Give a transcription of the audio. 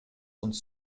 uns